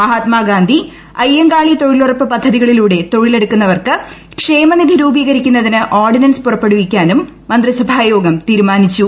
മഹാത്മാഗാന്ധി അയ്യൻകാളി തൊഴിലുറപ്പ് പദ്ധതി കളിലൂടെ തൊഴിലെടുക്കുന്നവർക്ക് ക്ഷേമനിധി രൂപീകരിക്കുന്നതിന് ഓർഡിനൻസ് പൂറപ്പെടുവിക്കാനും മന്ത്രിസഭാ യോഗം തീരുമാനിച്ചു